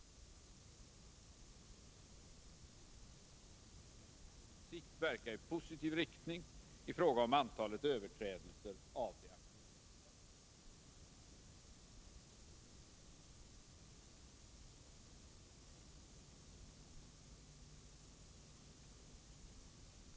Detta kan på sikt verka i positiv riktning i fråga om antalet överträdelser av de aktuella bestämmelserna.